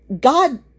God